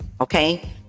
okay